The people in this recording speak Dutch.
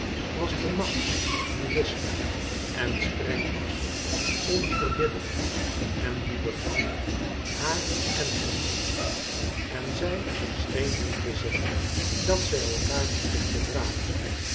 was de macht die wist en streng was onverbiddelijk en die beval haar en hem en zij scheen hem te zeggen dat zij elkaâr moesten verdragen